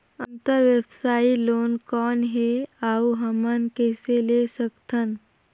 अंतरव्यवसायी लोन कौन हे? अउ हमन कइसे ले सकथन?